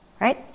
Right